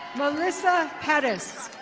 melissa harris.